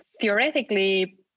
Theoretically